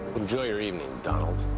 enjoy your evening, donald.